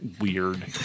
weird